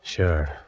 Sure